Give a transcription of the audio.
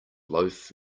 loaf